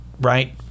right